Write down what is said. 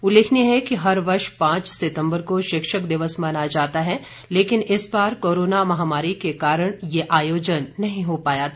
उल्लेखनीय है कि हर वर्ष पांच सितम्बर को शिक्षक दिवस मनाया जाता है लेकिन इस बार कोरोना महामारी के कारण ये आयोजन नहीं हो पाया था